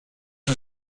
sie